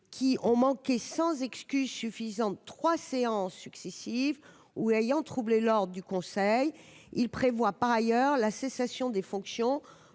qui ont manqué sans excuse suffisante 3 séances successives ou ayant troublé lors du conseil, il prévoit par ailleurs la cessation des fonctions